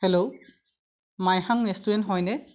hello Maihang restaurant হয় নে